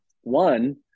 One